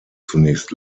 zunächst